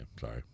Sorry